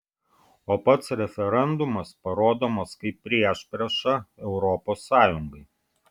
o pats referendumas parodomas kaip priešprieša europos sąjungai